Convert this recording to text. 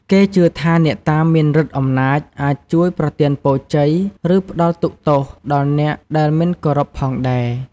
គេជឿថាអ្នកតាមានឫទ្ធិអំណាច អាចជួយប្រទានពរជ័យ ឬផ្ដល់ទុក្ខទោសដល់អ្នកដែលមិនគោរពផងដែរ។